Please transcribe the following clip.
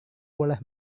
boleh